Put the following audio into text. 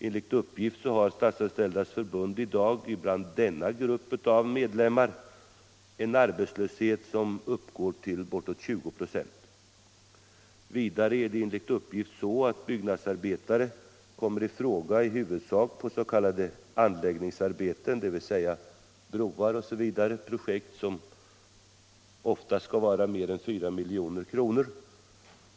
Enligt uppgift har Statsanställdas förbund i dag bland denna grupp av medlemmar en arbetslöshet som uppgår till bortåt 20 96. Vidare är det enligt uppgift så att byggnadsarbetare kommer i fråga i huvudsak på s.k. anläggningsarbeten, dvs. broar o. d., alltså projekt som oftast kostar mer än 4 milj.kr.